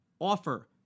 offer